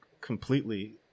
completely